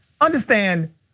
Understand